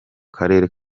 karere